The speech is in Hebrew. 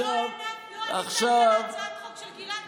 כי לא ענית לי על הצעת החוק של גלעד ארדן,